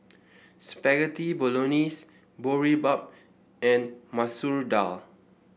Spaghetti Bolognese Boribap and Masoor Dal